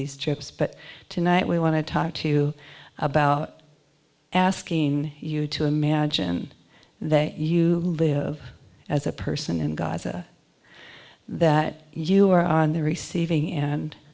these trips but tonight we want to talk to you about asking you to imagine that you live as a person in gaza that you are on the receiving end